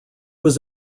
was